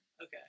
Okay